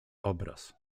obraz